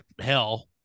hell